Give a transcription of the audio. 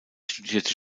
studierte